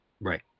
Right